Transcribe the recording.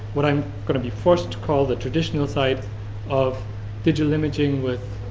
what i'm going to be forced to call the traditional side of digital imaging with